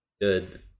Good